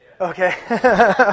Okay